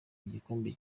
igikombe